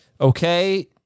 Okay